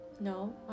No